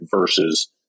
versus